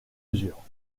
mesure